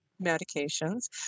medications